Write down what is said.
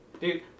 Dude